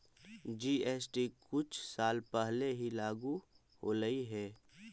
GST कुछ साल पहले ही लागू होलई हे